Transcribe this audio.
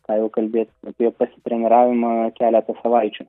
ką jau kalbėti apie pasitreniravimą keletą savaičių